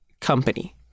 company